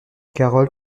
carole